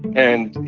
and, you